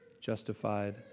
justified